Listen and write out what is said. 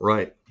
Right